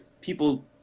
people